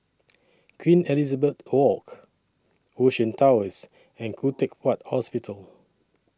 Queen Elizabeth Walk Ocean Towers and Khoo Teck Puat Hospital